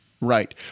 right